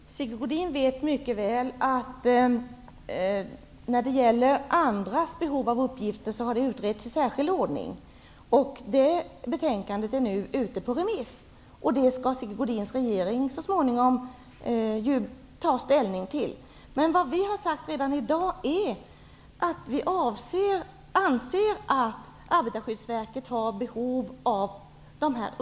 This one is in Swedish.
Herr talman! Sigge Godin vet mycket väl att andras behov av uppgifter har utretts i särskild ordning. Det betänkandet är nu ute på remiss. Sigge Godins regering skall så småningom ta ställning till det. Men vi har sagt redan i dag att vi anser att Arbetarskyddsverket har behov av dessa uppgifter.